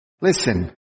Listen